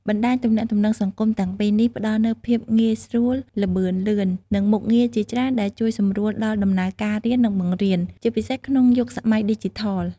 បណ្តាញទំនាក់ទំនងសង្គមទាំងពីរនេះផ្តល់នូវភាពងាយស្រួល ល្បឿនលឿន និងមុខងារជាច្រើនដែលជួយសម្រួលដល់ដំណើរការរៀន និងបង្រៀន ជាពិសេសក្នុងយុគសម័យឌីជីថល។